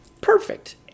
perfect